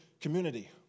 community